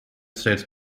states